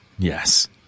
Yes